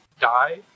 die